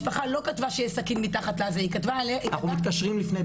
אם משפחה לא כתבה שיש סכין --- אנחנו מתקשרים לפני.